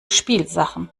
spielsachen